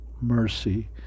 mercy